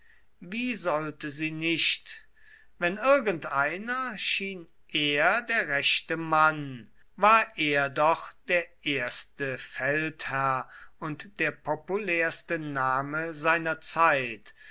wie sollte sie nicht wenn irgendeiner schien er der rechte mann war er doch der erste feldherr und der populärste name seiner zeit